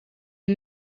est